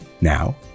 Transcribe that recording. Now